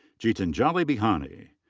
geetanjali bihani.